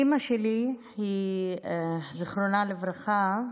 אימא שלי, זיכרונה לברכה,